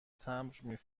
تمبر